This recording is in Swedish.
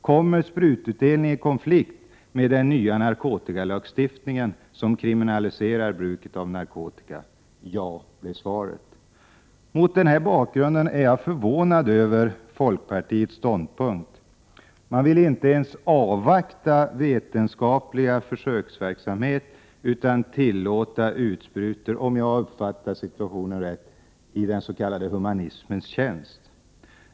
Kommer sprututdelning i konflikt med den nya narkotikalagstiftningen, som kriminaliserar bruket av narkotika? Ja, blev svaret. Mot den här bakgrunden är jag förvånad över folkpartiets ståndpunkt. Man vill inte ens avvakta vetenskapliga försök utan tillåta utbytessprutor i humanitetens tjänst — om jag uppfattade det rätt.